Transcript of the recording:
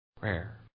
prayer